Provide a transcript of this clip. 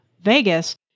Vegas